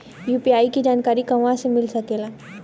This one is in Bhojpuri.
यू.पी.आई के जानकारी कहवा मिल सकेले?